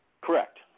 Correct